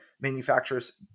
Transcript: manufacturers